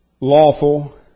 lawful